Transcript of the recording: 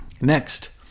Next